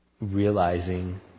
realizing